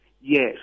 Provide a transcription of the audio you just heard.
Yes